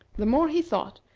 the more he thought,